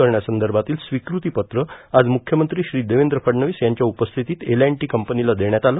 करण्यासंदर्भातील स्वीकृतीपत्र आज मुख्यमंत्री श्री देवेंद्र फडणवीस यांच्या उपस्थितीत एल अँड टी कंपनीला देण्यात आलं